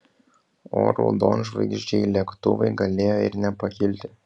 o raudonžvaigždžiai lėktuvai galėjo ir nepakilti